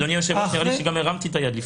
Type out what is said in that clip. נכון גם לגבי השוויון.